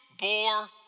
bore